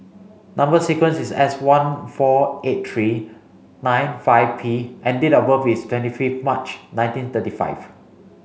number sequence is S one four eight three nine five P and date of birth is twenty fifth March nineteen thirty five